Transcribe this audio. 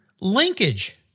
Linkage